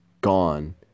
gone